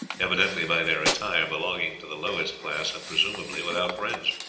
evidently by their attire belonging to the lowest class, and presumably without friends.